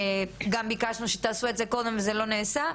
גם ביקשנו שתעשו את זה בטרם הדיון וזה לא נעשה,